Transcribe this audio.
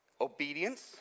Obedience